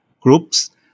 groups